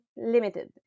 limited